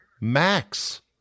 Max